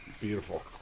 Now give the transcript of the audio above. Beautiful